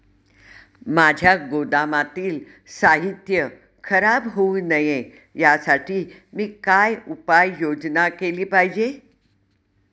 माझ्या गोदामातील साहित्य खराब होऊ नये यासाठी मी काय उपाय योजना केली पाहिजे?